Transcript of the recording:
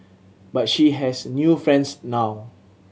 but she has new friends now